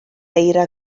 eira